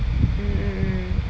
mm mm mm